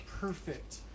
perfect